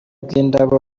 bw’indabo